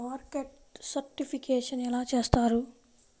Market certification ఎలా చేస్తారు?